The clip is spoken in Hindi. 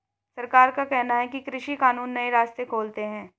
सरकार का कहना है कि कृषि कानून नए रास्ते खोलते है